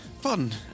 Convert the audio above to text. Fun